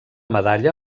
medalla